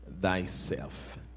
thyself